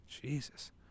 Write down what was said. Jesus